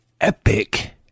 epic